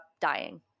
dying